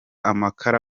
amakara